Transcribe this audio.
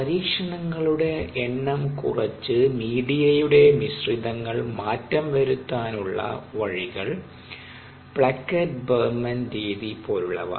പരീക്ഷണങ്ങളുടെ എണ്ണം കുറച്ച്മീഡിയയുടെ മിശ്രിതങ്ങൾ മാറ്റം വരുത്താനുള്ള വഴികൾപ്ലക്കറ്റ് ബർമൻ രീതി പോലുള്ളവ